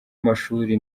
amashuri